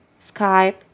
Skype